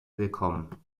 willkommen